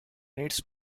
needs